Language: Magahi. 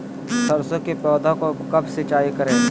सरसों की पौधा को कब सिंचाई करे?